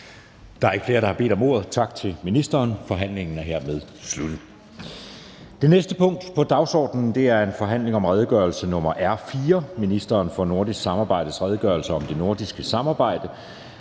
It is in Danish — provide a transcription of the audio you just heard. Der er ikke flere, der har bedt om ordet. Forhandlingen er hermed sluttet.